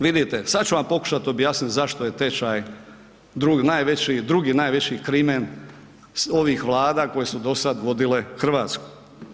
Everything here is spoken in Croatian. Vidite, sad ću vam pokušati objasniti zašto je tečaj najveći drugi najveći krimen ovih vlada koje su dosada vodile Hrvatsku.